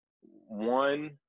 one